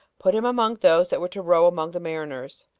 put him among those that were to row among the mariners,